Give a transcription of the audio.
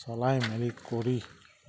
চলাই মেলি কৰি